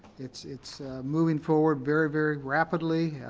it's it's moving forward very, very rapidly,